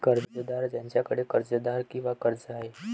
कर्जदार ज्याच्याकडे कर्जदार किंवा कर्ज आहे